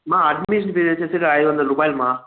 అమ్మ admission fee వచ్చేసి ఐదు వందల రూపాయలు అమ్మ